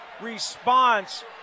response